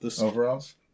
Overalls